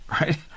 right